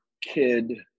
kid